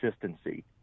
consistency